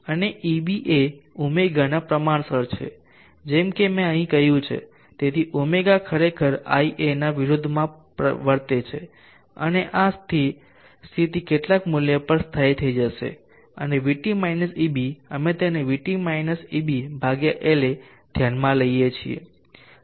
અને eb એ ω ના પ્રમાણસર છે જેમ કે મેં અહીં કહ્યું છે તેથી ω ખરેખર ia ના વિરોધમાં વર્તે છે અને આ સ્થિર સ્થિતિ કેટલાક મૂલ્ય પર સ્થાયી થઈ જશે અને Vt માઈનસ eb અમે તેને vt ebLa ધ્યાનમાં લઈએ છીએ જે કરંટ નક્કી કરશે